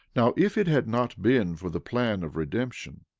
now, if it had not been for the plan of redemption,